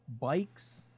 bikes